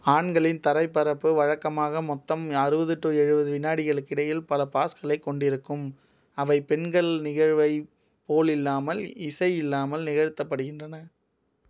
ஆண்களின் தரைப்பரப்பு வழக்கமாக மொத்தம் அறுபது டு எழுபது வினாடிகளுக்கு இடையில் பல பாஸ்களைக் கொண்டிருக்கும் அவை பெண்கள் நிகழ்வைப் போலில்லாமல் இசை இல்லாமல் நிகழ்த்தப்படுகின்றன